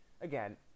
again